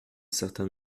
certain